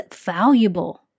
valuable